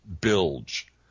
bilge